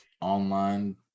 online